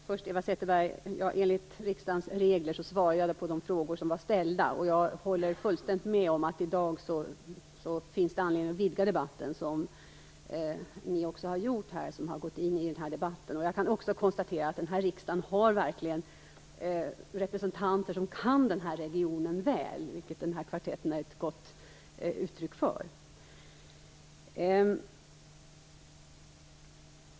Herr talman! Enligt riksdagens regler svarade jag på de frågor som hade ställts, Ewa Zetterberg. Jag håller fullständigt med om att det finns anledning att vidga debatten i dag. Det har ju också de som har gått in i debatten gjort. Jag kan också konstatera att det i Sveriges riksdag verkligen finns representanter som väl känner till denna region, vilket denna kvartett är ett gott uttryck för.